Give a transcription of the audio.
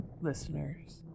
listeners